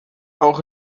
auch